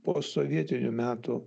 posovietinių metų